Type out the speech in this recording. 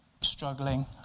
struggling